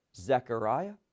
Zechariah